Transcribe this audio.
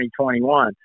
2021